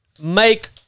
make